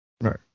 Right